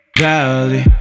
valley